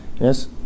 Yes